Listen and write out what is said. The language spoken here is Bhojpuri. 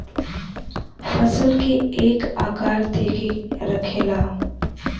फसल के एक आकार दे के रखेला